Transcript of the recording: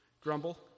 Grumble